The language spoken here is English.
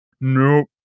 Nope